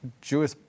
jewish